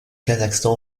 kazakhstan